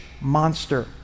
monster